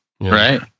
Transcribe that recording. Right